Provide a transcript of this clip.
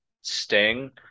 Sting